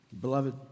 Beloved